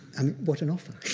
um what an offer.